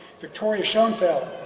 victoria schoenfeld,